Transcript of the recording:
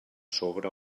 sobre